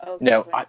no